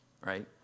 right